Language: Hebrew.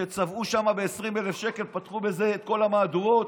כשצבעו שם ב-20,000 שקלים פתחו בזה את כל המהדורות,